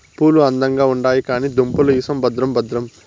పూలు అందంగా ఉండాయి కానీ దుంపలు ఇసం భద్రం భద్రం